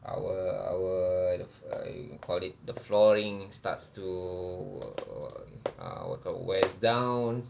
our our the uh you call it the flooring starts to uh wears down